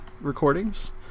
recordings